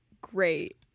great